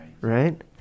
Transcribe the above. right